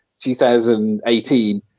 2018